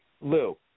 Lou